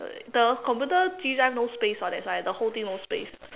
the computer G drive no space [what] that's why the whole thing no space